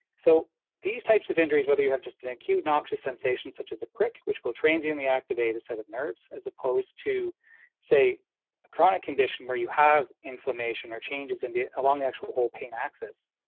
so these types of injuries, whether you have just an acute noxious sensation, such as a prick, which will transiently activate a set of nerves, as opposed to say a chronic condition where you have inflammation or changes in the along the actual whole pain axis.